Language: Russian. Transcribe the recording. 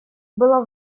было